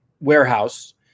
warehouse